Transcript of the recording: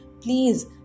Please